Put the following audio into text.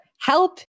help